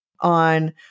on